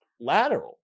lateral